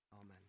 amen